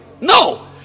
No